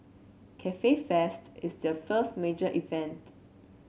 Cafe Fest is their first major event